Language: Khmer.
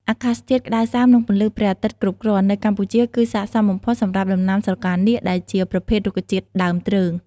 អាកាសធាតុក្តៅសើម និងពន្លឺព្រះអាទិត្យគ្រប់គ្រាន់នៅកម្ពុជាគឺស័ក្តិសមបំផុតសម្រាប់ដំណាំស្រកានាគដែលជាប្រភេទរុក្ខជាតិដើមទ្រើង។